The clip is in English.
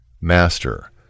Master